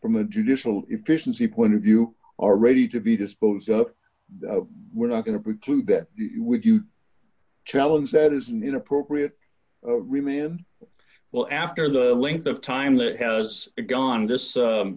from a judicial efficiency point of view are ready to be disposed of we're not going to preclude that would you challenge that is an inappropriate remand well after the length of time that has gone this